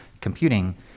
computing